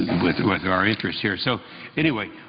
with with our interest here. so anyway,